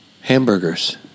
Hamburgers